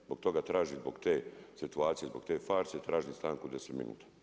Zbog toga tražim, zbog te situacije, zbog te farse tražim stanku od 10 minuta.